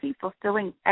fulfilling